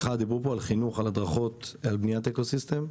דיברו על חינוך, על הדרכות, על בניית אקוסיסטם.